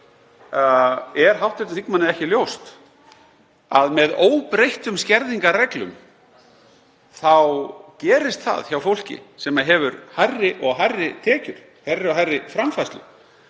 Er hv. þingmanni ekki ljóst að með óbreyttum skerðingarreglum þá gerist það hjá fólki sem hefur hærri og hærri tekjur, hærri og hærri framfærslu